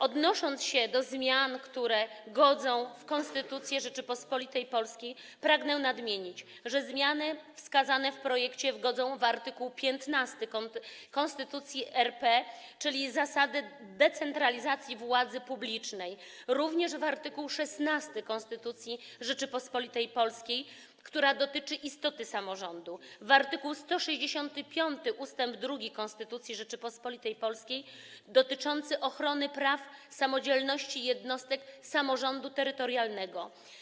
Odnosząc się do zmian, które godzą w Konstytucję Rzeczypospolitej Polskiej, pragnę nadmienić, że zmiany wskazane w projekcie godzą w art. 15 Konstytucji RP, czyli w zasadę decentralizacji władzy publicznej, jak również w art. 16 Konstytucji Rzeczypospolitej Polskiej, który dotyczy istoty samorządu, i w art. 165 ust. 2 Konstytucji Rzeczypospolitej Polskiej dotyczący ochrony praw samodzielności jednostek samorządu terytorialnego.